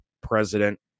president